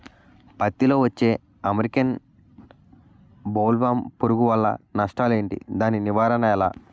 పత్తి లో వచ్చే అమెరికన్ బోల్వర్మ్ పురుగు వల్ల నష్టాలు ఏంటి? దాని నివారణ ఎలా?